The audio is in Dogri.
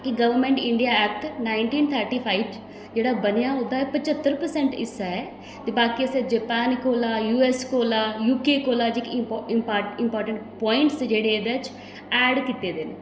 कि government India act nineteen thirty five जेह्ड़ा बनेआ ओह्दा ऐ पच्हत्तर परसैंट हिस्सा ऐ ते बाकी असें जापान कोला यू ऐस्स कोला यू के कोला जेह्के इम्पार्टैंट प्वाइंट्स जेह्ड़े एह्दे च ऐड कीते दे न